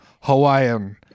Hawaiian